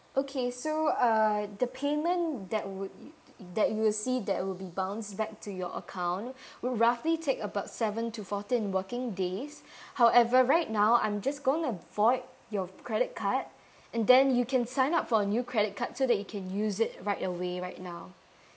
okay so uh the payment that would you see that you'll see that'll be bounce back to your account roughly take about seven to fourteen working days however right now I'm just going to void your credit card and then you can sign up for new credit card so that you can use it right away right now